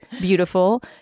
beautiful